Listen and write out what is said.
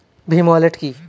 Bhim wallet কি?